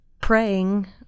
praying